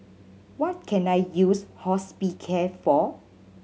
what can I use Hospicare for